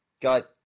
got